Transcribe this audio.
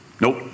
Nope